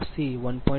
05 0